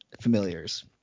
familiars